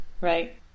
Right